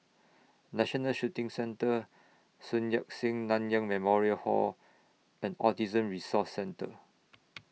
National Shooting Centre Sun Yat Sen Nanyang Memorial Hall and Autism Resource Centre